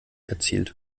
erzielt